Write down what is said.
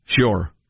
Sure